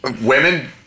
Women